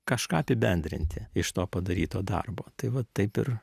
kažką apibendrinti iš to padaryto darbo tai va taip ir